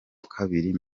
kabiri